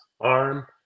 arm